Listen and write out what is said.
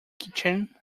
kitchen